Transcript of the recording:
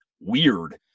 weird